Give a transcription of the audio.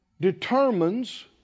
determines